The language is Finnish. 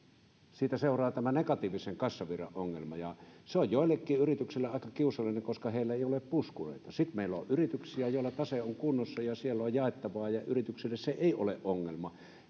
siitä seuraa tämä negatiivisen kassavirran ongelma ja se on joillekin yrityksille aika kiusallinen koska heillä ei ole puskureita sitten meillä on yrityksiä joilla tase on kunnossa ja siellä on jaettavaa ja yritykselle se ei ole ongelma